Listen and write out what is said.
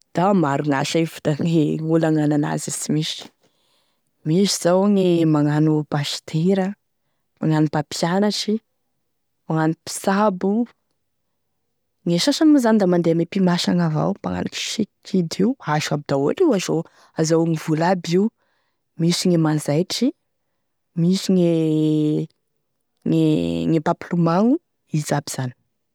Da maro gn'asa fa da gn'olo hagnano an'azy e sy misy, misy zao e pasitera, magnano mpampianatry, magnano mpitsabo, gne sasany moa zany da mandeha ame pimasy agny avao e magnano sikidy io, da asa aby daoly io hahazoagny vola aby io, misy gne manzaitry, misy gne gne mpampilomagno, izy aby zany.